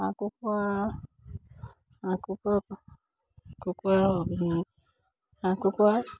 হাঁহ কুকুৰাৰ হাঁহ কুকুৰা কুকুৰাৰ হাঁহ কুকুৰাৰ